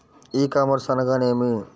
E commerce అనగా నేమి?